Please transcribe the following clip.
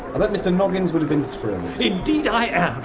i bet mr. noggins would have been thrilled. indeed i am!